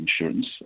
insurance